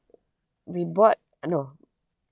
we bought no